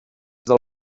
del